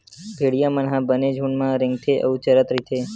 भेड़िया मन ह बने झूंड म रेंगथे अउ चरत रहिथे